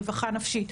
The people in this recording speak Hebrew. רווחה נפשית.